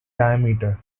diameter